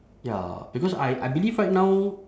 ya because I I believe right now